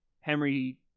Henry